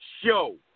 show